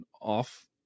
off